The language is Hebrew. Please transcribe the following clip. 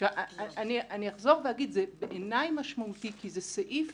אני אחזור ואגיד זה, בעיניי, משמעותי כי זה סעיף